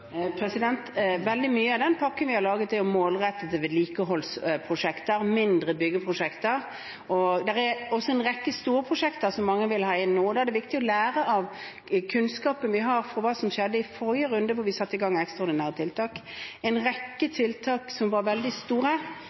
Veldig mye av den pakken vi har laget, er målrettede vedlikeholdsprosjekter og mindre byggeprosjekter. Det er også en rekke store prosjekter som mange vil sette i gang nå, men da er det viktig å lære av kunnskapen vi har om hva som skjedde forrige gang vi satte i gang ekstraordinære tiltak. En rekke av tiltakene som var veldig store,